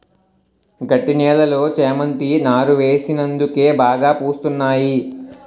గట్టి నేలలో చేమంతి నారు వేసినందుకే బాగా పూస్తున్నాయి